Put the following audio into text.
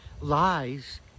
lies